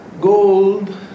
gold